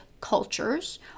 cultures